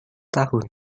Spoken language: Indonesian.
tahun